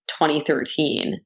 2013